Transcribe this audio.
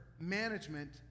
management